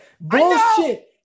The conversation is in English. Bullshit